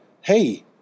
hey